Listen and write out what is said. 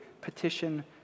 petition